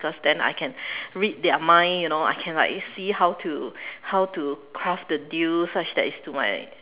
cause then I can read their mind you know I can like see how to how to close the deal such that it's to my